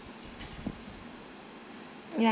yup